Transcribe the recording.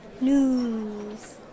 News